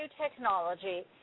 technology